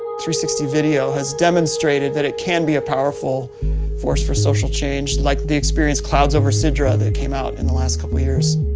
sixty video has demonstrated that it can be a powerful force for social change. like the experience clouds over sidra that came out in the last couple years.